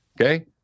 Okay